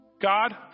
God